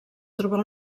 trobar